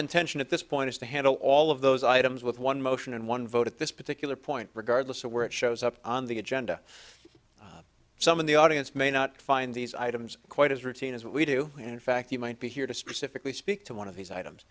intention at this point is to handle all of those items with one motion and one vote at this particular point regardless of where it shows up on the agenda some of the audience may not find these items quite as routine as we do in fact you might be here to specifically speak to one of these items